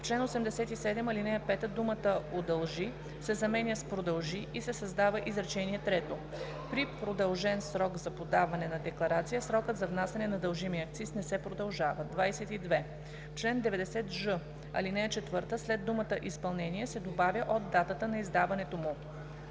чл. 87, ал. 5 думата „удължи“ се заменя с „продължи“ и се създава изречение трето: „При продължен срок за подаване на декларация, срокът за внасяне на дължимия акциз не се продължава.“ 22. В чл. 90ж, ал. 4 след думата „изпълнение“ се добавя „от датата на издаването му“.